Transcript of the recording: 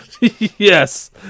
yes